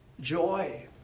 joy